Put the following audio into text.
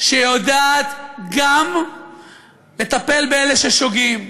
שיודעת גם לטפל באלה ששוגים.